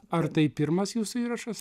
ar tai pirmas jūsų įrašas